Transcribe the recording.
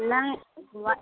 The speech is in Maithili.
नहि